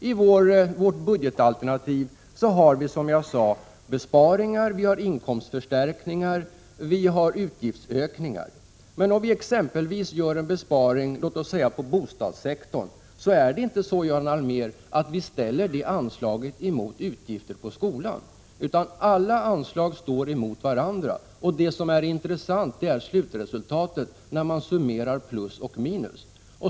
I vårt budgetalternativ har vi, som jag sade, besparingar, inkomstförstärkningar och utgiftsökningar, men om vi gör en besparing, låt oss säga på bostadssektorn, ställer vi inte det anslaget mot utgifter för skolan, utan alla anslag står emot varandra. Det som är intressant är slutresultatet när man summerar plus och minus.